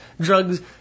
Drugs